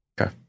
Okay